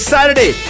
Saturday